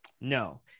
no